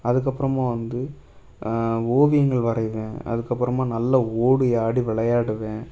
அதுக்கப்புறமா வந்து ஓவியங்கள் வரைவேன் அதுக்கப்புறமா நல்லா ஓடி ஆடி விளையாடுவேன்